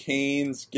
Canes